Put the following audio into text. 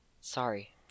Sorry